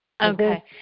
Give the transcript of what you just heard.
Okay